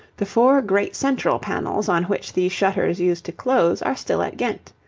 the four great central panels on which these shutters used to close are still at ghent.